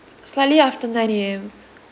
slightly after nine A_M